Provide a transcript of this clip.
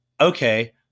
okay